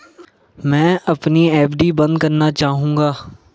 मैं अपनी एफ.डी बंद करना चाहूंगा